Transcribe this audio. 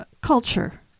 culture